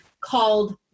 called